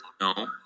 No